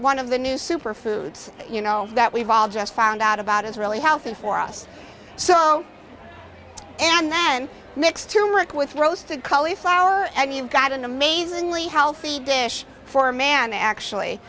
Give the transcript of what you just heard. one of the new super foods you know that we've all just found out about is really healthy for us so and then mix to work with roasted cauliflower and you've got an amazingly healthy dish for a man actually